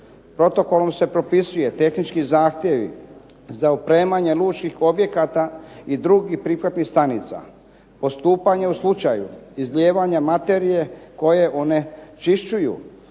Protokolom se propisuju tehnički zahtjevi za opremanje lučkih objekata i drugih prihvatnih stanica, postupanje u slučaju izlijevanja materije koje onečišćuju